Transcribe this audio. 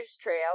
trail